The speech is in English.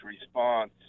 response